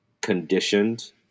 conditioned